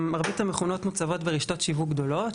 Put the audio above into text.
מרבית המכונות מוצבות ברשתות שיווק גדולות,